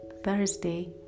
Thursday